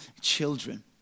children